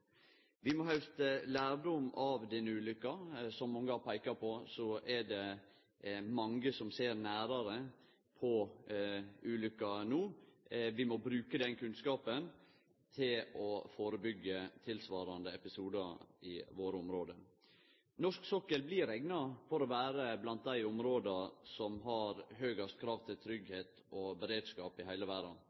Vi må hauste lærdom av den ulykka. Som mange har peika på, er det mange som ser nærare på ulykka no. Vi må bruke den kunnskapen til å førebyggje tilsvarande episodar i våre område. Norsk sokkel blir rekna for å vere blant dei områda som har høgast krav til tryggleik og beredskap i heile verda.